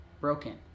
broken